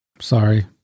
Sorry